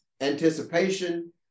anticipation